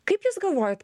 kaip jūs galvojat